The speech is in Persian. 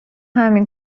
همین